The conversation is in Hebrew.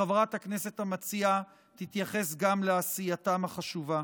שחברת הכנסת המציעה תתייחס גם לעשייתם החשובה.